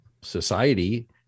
society